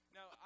Now